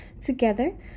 together